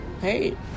hey